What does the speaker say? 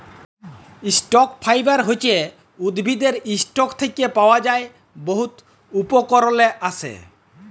stock fibre হছে উদ্ভিদের stalk থ্যাকে পাওয়া যার বহুত উপকরলে আসে